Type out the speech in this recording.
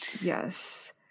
Yes